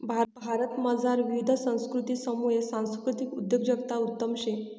भारतमझार विविध संस्कृतीसमुये सांस्कृतिक उद्योजकता उत्तम शे